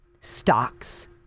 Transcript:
stocks